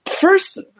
First